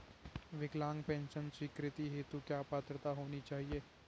विकलांग पेंशन स्वीकृति हेतु क्या पात्रता होनी चाहिये?